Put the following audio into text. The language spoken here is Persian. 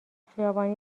خیابانی